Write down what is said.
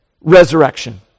resurrection